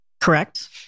Correct